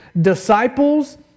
Disciples